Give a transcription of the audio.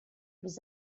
was